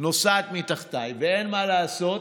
נוסעת מתחתיי, ואין מה לעשות,